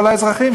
אבל האזרחים,